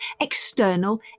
external